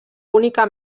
única